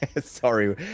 Sorry